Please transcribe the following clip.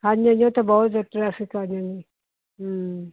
ਹਾਂਜੀ ਹਾਂਜੀ ਉੱਥੇ ਬਹੁਤ ਜ਼ਿਆਦਾ ਟਰੈਫਿਕ ਆ ਜਾਨੀ ਆ